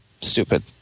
Stupid